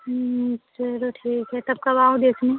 चलो ठीक है तब कब आऊँ देखने